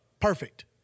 perfect